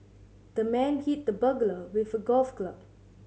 the man hit the burglar with a golf club